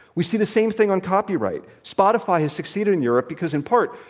we see the same thing on copyright. spotify has succeeded in europe, because in part,